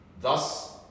Thus